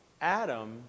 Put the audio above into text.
Adam